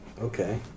Okay